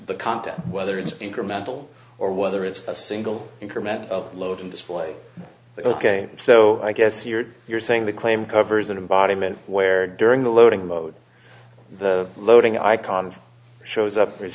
the content whether it's incremental or whether it's a single increment of load and display ok so i guess you're you're saying the claim covers an environment where during the loading mode the loading icon shows up or is